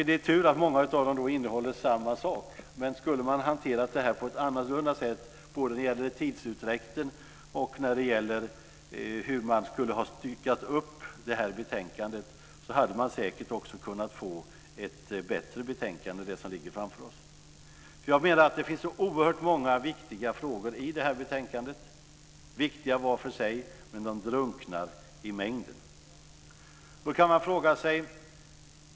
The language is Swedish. Det är tur att många av dem innehåller samma sak, men skulle man ha hanterat det här på ett annorlunda sätt både när det gäller tidsutdräkten och när det gäller hur man skulle ha styckat upp det här betänkandet, hade man säkert kunnat få ett bättre betänkande än det som ligger framför oss. Det finns oerhört många viktiga frågor i detta betänkande, viktiga var för sig, men de drunknar i mängden.